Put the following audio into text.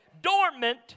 dormant